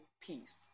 peace